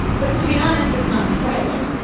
but to be honest it's not surprising